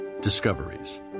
Discoveries